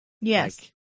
Yes